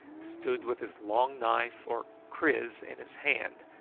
stood with his long knife or kris in his hand,